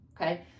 okay